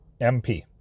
MP